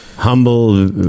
Humble